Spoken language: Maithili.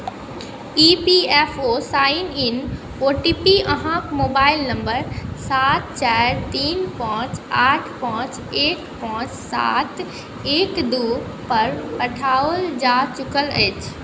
E P F O sign in O T P अहाँके मोबाइल नम्बर सात चारि तीन पाँच आठ पाँच एक पाँच सात एक दू पर पठाओल जा चुकल अछि